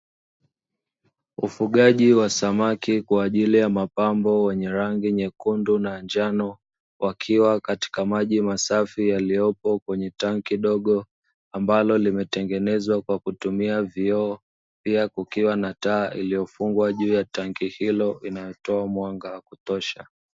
Ufugaji wa samaki kwa ajili ya mapambo, wenye rangi nyekundu na ya njano, wakiwa katika maji masafi yaliyopo kwenye tangi dogo ambalo limetengenezwa kwa kutumia vioo; pia kukiwa na taa iliyofungwa juu ya tangi hilo, inayotoa mwanga wa kutosha.